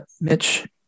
Mitch